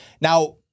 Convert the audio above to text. Now